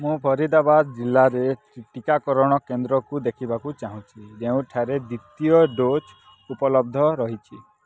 ମୁଁ ଫରିଦାବାଦ୍ ଜିଲ୍ଲାରେ ଟୀକାକରଣ କେନ୍ଦ୍ରକୁ ଦେଖିବାକୁ ଚାହୁଁଛି ଯେଉଁଠାରେ କି ଦ୍ୱିତୀୟ ଡ଼ୋଜ୍ ଉପଲବ୍ଧ ରହିଛି